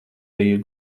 bija